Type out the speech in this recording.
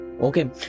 Okay